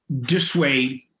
dissuade